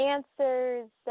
Answers